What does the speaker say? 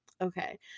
okay